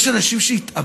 יש גם אנשים שהתאבדו.